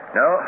no